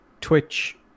Twitch